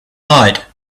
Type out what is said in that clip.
night